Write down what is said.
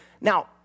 Now